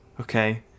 okay